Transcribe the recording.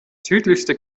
südlichste